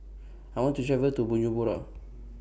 I want to travel to Bujumbura